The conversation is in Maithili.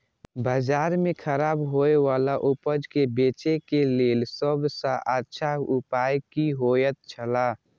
बाजार में खराब होय वाला उपज के बेचे के लेल सब सॉ अच्छा उपाय की होयत छला?